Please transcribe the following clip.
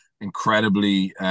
incredibly